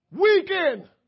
Weekend